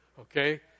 Okay